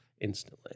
instantly